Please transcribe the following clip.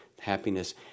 happiness